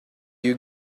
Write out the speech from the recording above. you